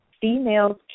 Females